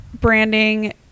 branding